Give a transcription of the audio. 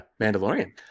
mandalorian